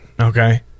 okay